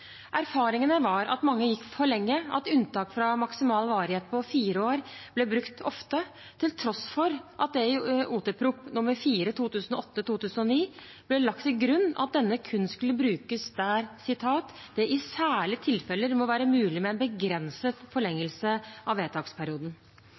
Erfaringene var at mange gikk for lenge, og at unntak fra maksimal varighet på fire år ble brukt ofte, til tross for at det i Ot.prp. nr. 4 for 2008–2009 ble lagt til grunn at denne kun skulle brukes der «det i særlige tilfeller må være mulig med en begrenset